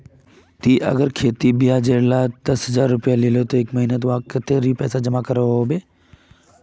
ती अगर कहारो लिकी से खेती ब्याज जेर पोर पैसा दस हजार रुपया लिलो ते वाहक एक महीना नात कतेरी पैसा जमा करवा होबे बे?